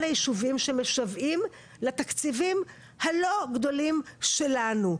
הישובים שמשוועים לתקציבים הלא גדולים שלנו.